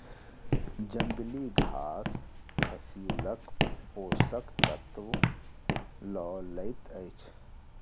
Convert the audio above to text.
जंगली घास फसीलक पोषक तत्व लअ लैत अछि